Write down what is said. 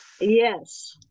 Yes